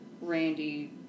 Randy